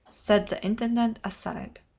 said the intendant aside.